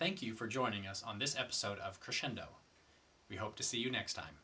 thank you for joining us on this episode of crescendo we hope to see you next time